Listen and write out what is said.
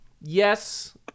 yes